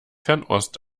fernost